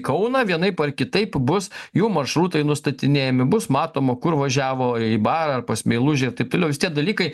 kauną vienaip ar kitaip bus jų maršrutai nustatinėjami bus matoma kur važiavo į barą pas meilužę ir taip toliau tie dalykai